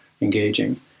engaging